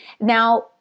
Now